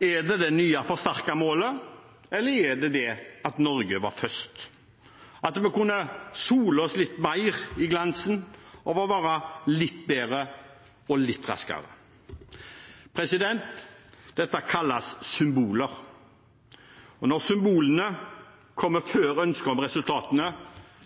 Er det det nye forsterkede målet, eller er det det at Norge var først – at vi kunne sole oss litt mer i glansen av å være litt bedre og litt raskere? Dette kalles symboler. Når symbolene kommer før ønsket om resultatene,